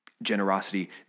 Generosity